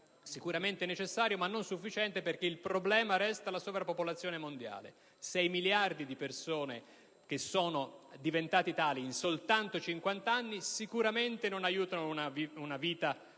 palliativo necessario ma non sufficiente, perché il problema resta la sovrappopolazione mondiale. 6 miliardi di persone, che sono diventate tali in soli 50 anni, sicuramente non aiutano la vita del